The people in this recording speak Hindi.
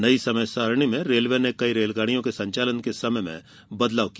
नई समयसारिणी में रेलवे ने कई रेलगाड़ियों के संचालन समय में बदलाव किया